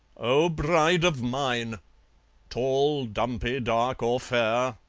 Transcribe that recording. oh! bride of mine tall, dumpy, dark, or fair!